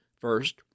First